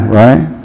right